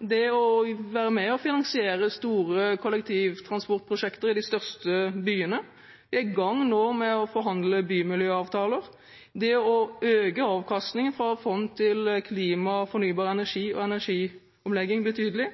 være med og finansiere store kollektivtransportprosjekter i de største byene – vi er i gang med å forhandle bymiljøavtaler – og å øke avkastningen fra Fondet for klima, fornybar energi og energiomlegging betydelig.